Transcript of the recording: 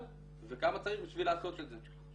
וכמה צריך בשביל לעשות את זה.